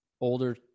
older